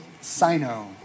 Sino